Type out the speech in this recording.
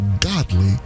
godly